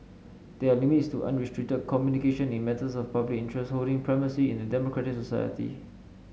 there are limits to unrestricted communication in matters of public interest holding primacy in a democratic society